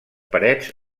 parets